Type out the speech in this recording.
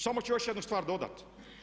Samo ću još jednu stvar dodati.